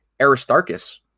Aristarchus